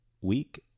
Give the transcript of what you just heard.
week